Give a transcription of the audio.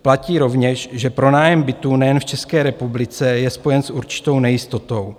Platí rovněž, že pronájem bytů nejen v České republice je spojen s určitou nejistotou.